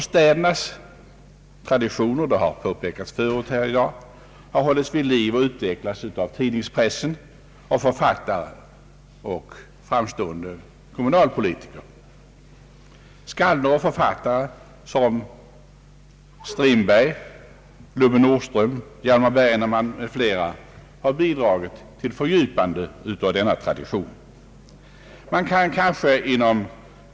Städernas traditioner har, vilket påpekats tidigare här i dag, hållits vid liv och utvecklats av tidningspress, författare och framstående kommunalpolitiker. Skalder och författare som August Strindberg, Lubbe Nordström, Hjalmar Bergman m.fl. har bidragit till fördjupande av denna tradition.